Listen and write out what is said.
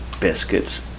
biscuits